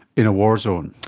in a war zone.